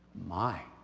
my,